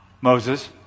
Moses